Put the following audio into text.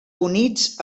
units